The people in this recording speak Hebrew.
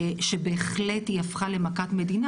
שבהחלט הפכה למכת מדינה.